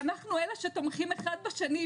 ואנחנו אלה שתומכים אחד בשני,